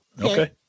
Okay